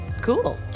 Cool